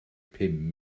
pum